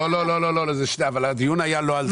לא, הדיון היה לא על זה.